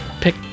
pick